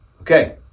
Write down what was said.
Okay